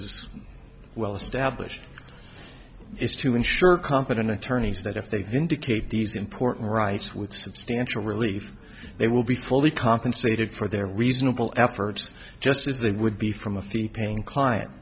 is well established is to ensure competent attorneys that if they indicate these important rights with substantial relief they will be fully compensated for their reasonable efforts just as they would be from a fee paying client